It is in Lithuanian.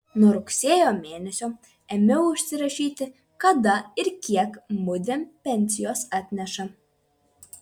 nuo rugsėjo mėnesio ėmiau užsirašyti kada ir kiek mudviem pensijos atneša